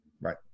Right